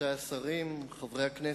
רבותי השרים, חברי הכנסת,